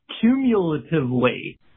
cumulatively